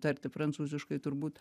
tarti prancūziškai turbūt